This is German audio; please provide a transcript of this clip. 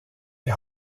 der